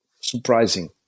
surprising